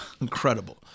incredible